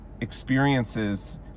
experiences